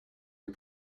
des